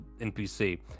npc